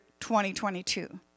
2022